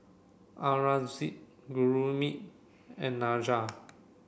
Aurangzeb Gurmeet and Niraj